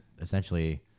essentially